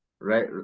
right